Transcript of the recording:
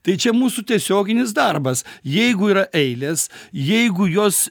tai čia mūsų tiesioginis darbas jeigu yra eilės jeigu jos